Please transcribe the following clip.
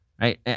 right